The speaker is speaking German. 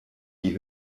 die